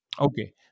Okay